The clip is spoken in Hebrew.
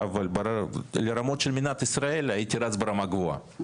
אבל לרמות של מדינת ישראל הייתי רץ ברמה גבוהה.